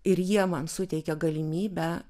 ir jie man suteikia galimybę